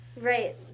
Right